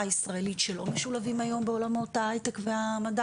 הישראלית שלא משולבים היום בעולמות ההיי טק והמדע,